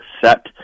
set